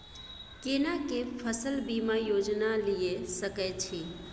केना के फसल बीमा योजना लीए सके छी?